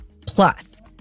Plus